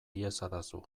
iezadazu